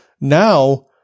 now